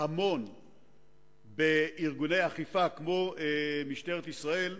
המון בארגוני אכיפה, כמו משטרת ישראל,